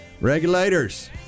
Regulators